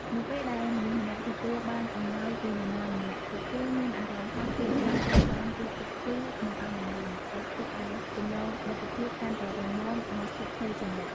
នៅពេលដែលមនុស្សម្នាក់ទទួលបានអំណោយពីនរណាម្នាក់ ពួកគេមានអារម្មណ៍ថាខ្លួនឯងត្រូវបានគេគិតគូរ និងឱ្យតម្លៃ ដែលធ្វើឱ្យចំណងមិត្តភាពកាន់តែរឹងមាំ និងស្ថិតស្ថេរជានិច្ច។